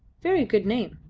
very good name.